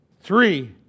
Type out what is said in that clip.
Three